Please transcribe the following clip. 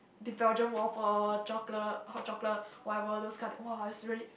the Belgian waffle chocolate hot chocolate whatever those kind !wah! is really